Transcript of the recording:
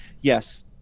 yes